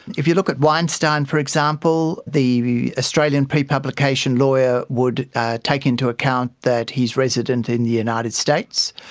if you look at weinstein, for example, the australian prepublication lawyer would take into account that he is resident in the united states,